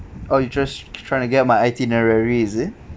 oh you're just trying to get my itinerary is it